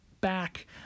back